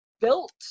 built